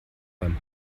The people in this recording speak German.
beim